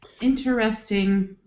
Interesting